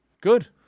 good